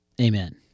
Amen